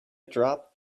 drop